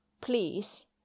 please